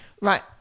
Right